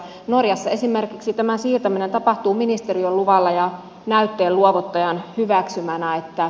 norjassa esimerkiksi tämä siirtäminen tapahtuu ministeriön luvalla ja näytteen luovuttajan hyväksymänä